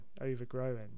overgrowing